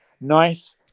nice